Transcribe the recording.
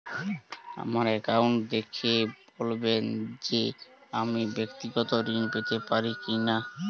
আমার অ্যাকাউন্ট দেখে বলবেন যে আমি ব্যাক্তিগত ঋণ পেতে পারি কি না?